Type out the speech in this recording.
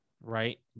right